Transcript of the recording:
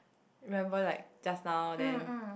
remember like just now then